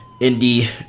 indie